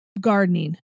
gardening